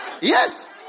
yes